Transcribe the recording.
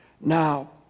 now